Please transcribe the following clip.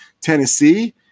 tennessee